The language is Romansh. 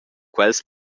quels